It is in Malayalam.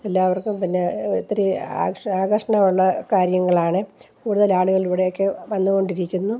എല്ലാവർക്കും പിന്നെ ഒത്തിരി ആകർഷ ആകർഷണം ഉള്ള കാര്യങ്ങളാണ് കൂടുതൽ ആളുകൾ ഇവിടേക്ക് വന്നുകൊണ്ടിരിക്കുന്നു